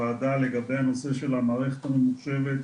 לגבי הנושא של המערכת הממוחשבת